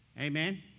amen